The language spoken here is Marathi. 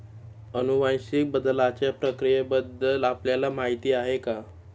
अनुवांशिक बदलाच्या प्रक्रियेबद्दल आपल्याला माहिती आहे का?